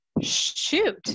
shoot